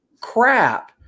crap